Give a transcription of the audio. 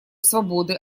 свободы